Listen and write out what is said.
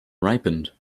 ripened